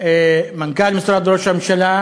מנכ"ל משרד ראש הממשלה